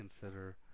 consider